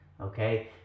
Okay